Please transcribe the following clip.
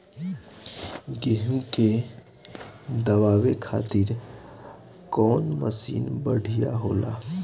गेहूँ के दवावे खातिर कउन मशीन बढ़िया होला?